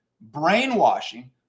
brainwashing